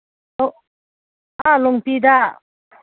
ꯑꯥ ꯂꯣꯡꯄꯤꯗ